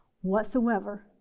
whatsoever